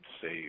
save